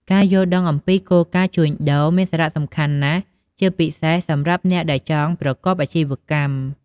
ការយល់ដឹងអំពី គោលការណ៍ការជួញដូរ មានសារៈសំខាន់ណាស់ ជាពិសេសសម្រាប់អ្នកដែលចង់ប្រកបអាជីវកម្ម។